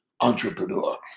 entrepreneur